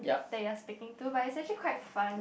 that you are speaking to but it's actually quite fun